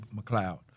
McLeod